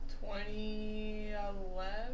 Twenty-eleven